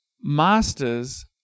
masters